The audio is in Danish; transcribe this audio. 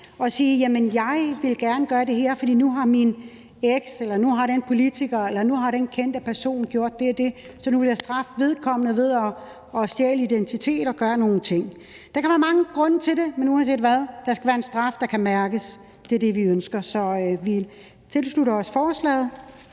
at sige: Jamen jeg vil gerne gøre det her, fordi min eks eller den politiker eller den kendte person har gjort det og det, og derfor vil jeg nu straffe vedkommende ved at stjæle identiteten og gøre nogle ting. Der kan være mange grunde til det, men uanset hvad skal der være en straf, der kan mærkes. Det er det, vi ønsker. Så vi tilslutter os forslaget,